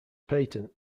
patent